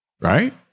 right